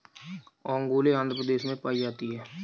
ओंगोले आंध्र प्रदेश में पाई जाती है